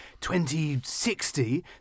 2060